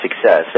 success